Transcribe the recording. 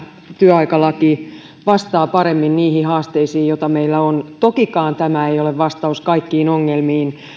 työaikalaki vastaa paremmin niihin haasteisiin joita meillä on tokikaan tämä ei ole vastaus kaikkiin ongelmiin